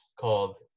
called